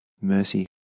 mercy